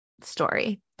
story